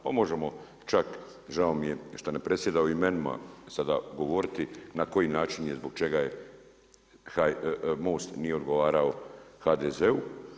Pa možemo čak, žao mi je što ne predsjeda imenima sada govoriti na koji način je i zbog čega je Most nije odgovarao HDZ-u.